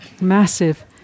massive